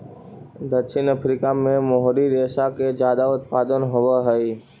दक्षिण अफ्रीका में मोहरी रेशा के ज्यादा उत्पादन होवऽ हई